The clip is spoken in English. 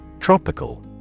Tropical